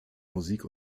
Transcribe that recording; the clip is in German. musik